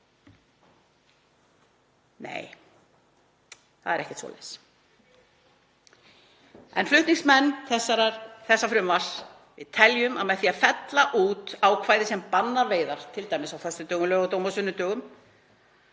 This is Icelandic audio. Nei, það er ekkert svoleiðis. Við flutningsmenn þessa frumvarps teljum að með því að fella út ákvæði sem bannar veiðar, t.d. á föstudögum, laugardögum og sunnudögum